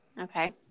Okay